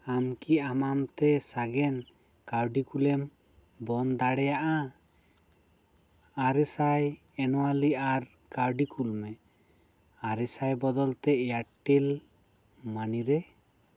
ᱟᱢ ᱠᱤ ᱟᱢ ᱟᱢᱛᱮ ᱥᱟᱜᱮᱱ ᱠᱟᱹᱣᱰᱤ ᱠᱩᱞᱮᱢ ᱵᱚᱸᱫᱽ ᱫᱟᱲᱮᱭᱟᱜᱼᱟ ᱟᱨᱮ ᱥᱟᱭ ᱮᱱᱩᱣᱟᱞᱤ ᱟᱨ ᱠᱟᱹᱣᱰᱤ ᱠᱩᱞ ᱢᱮ ᱟᱨᱮ ᱥᱟᱭ ᱵᱚᱫᱚᱞ ᱛᱮ ᱮᱭᱟᱨᱴᱮᱞ ᱢᱟᱱᱤ ᱨᱮ